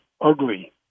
ugly